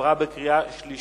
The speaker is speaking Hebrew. עברה בקריאה שלישית